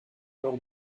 alors